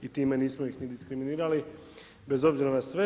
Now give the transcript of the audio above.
I time nismo ih diskriminirali, bez obzira na sve.